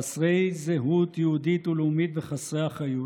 חסרי זהות יהודית ולאומית וחסרי אחריות,